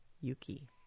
Yuki